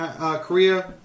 Korea